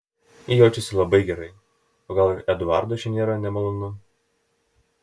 ji jaučiasi labai gerai gal ir eduardui čia nėra nemalonu